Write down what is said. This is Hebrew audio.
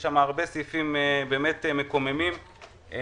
יש כמעט פי שניים מכשירי אם.אר.איי בתל-אביב